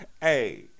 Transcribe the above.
Hey